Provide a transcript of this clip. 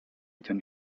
ten